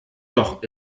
doch